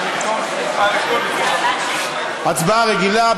הצבעה רגילה.